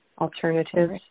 Alternatives